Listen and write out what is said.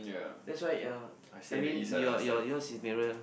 that's why ya I mean your your your's is nearer lah